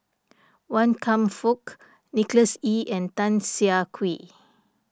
Wan Kam Fook Nicholas Ee and Tan Siah Kwee